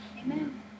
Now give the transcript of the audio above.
Amen